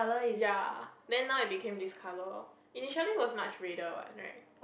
ya then now it became this colour lor initially was much redder what right